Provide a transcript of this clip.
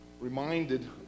reminded